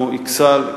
כמו אכסאל,